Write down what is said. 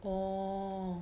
orh